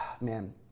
Man